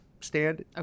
stand